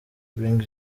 brig